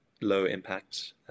low-impact